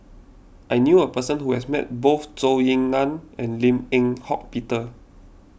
I knew a person who has met both Zhou Ying Nan and Lim Eng Hock Peter